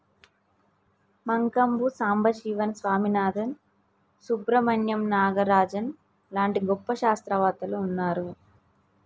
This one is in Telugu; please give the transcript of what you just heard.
మంకంబు సంబశివన్ స్వామినాధన్, సుబ్రమణ్యం నాగరాజన్ లాంటి గొప్ప శాస్త్రవేత్తలు వున్నారు